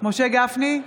משה גפני,